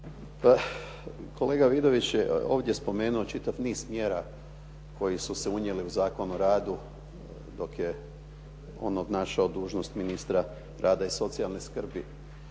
kolega Vidović je ovdje spomenuo čitav niz mjera koji su se unijeli u Zakon o radu dok je on obnašao dužnost ministra rada i socijalne skrbi,